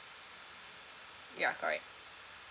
ya correct